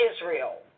Israel